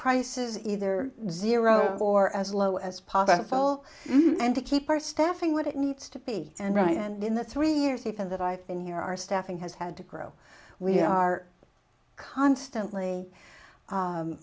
prices either zero or as low as possible and to keep our staffing what it needs to be and right and in the three years even that i've been here our staffing has had to grow we are constantly